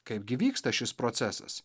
kaipgi vyksta šis procesas